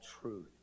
truth